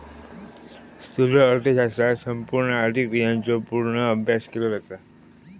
स्थूल अर्थशास्त्रात संपूर्ण आर्थिक क्रियांचो पूर्ण अभ्यास केलो जाता